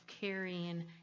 carrying